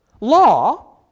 law